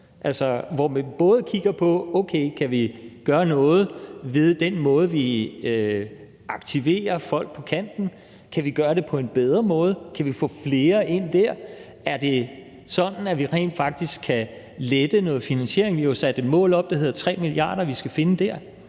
hvor vi både kigger på, om vi kan gøre noget ved den måde, vi aktiverer folk på kanten på, om vi kan gøre det på en bedre måde, om vi kan få flere ind der, og om det er sådan, at vi rent faktisk kan lette noget finansiering. Vi har jo sat et mål op, der hedder 3 mia. kr., vi skal finde der.